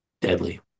deadly